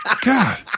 God